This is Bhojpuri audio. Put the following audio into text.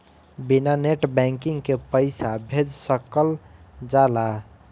बिना नेट बैंकिंग के पईसा भेज सकल जाला?